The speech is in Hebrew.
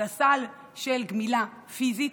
לסל של גמילה פיזית,